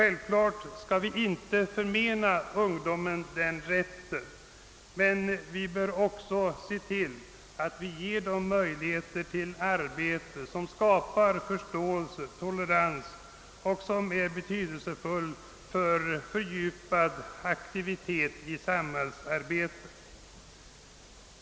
Naturligtvis skall vi inte förmena ungdomen den rätten, men vi bör också se till att den får möjligheter att utföra ett arbete som skapar förståelse och tolerans och som är betydelsefullt för fördjupad aktivitet i samhällsarbetet.